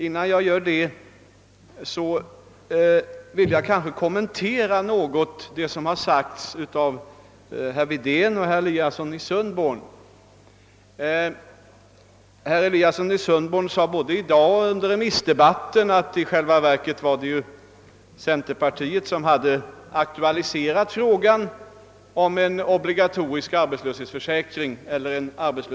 Innan jag gör det skall jag emellertid något kommentera vad som sagts av herrar Wedén och Eliasson i Sundborn. Herr Eliasson i Sundborn påstod i dag och under remissdebatten att det i själva verket var centerpartiet som hade aktualiserat frågan om en arbetslöshetsförsäkring.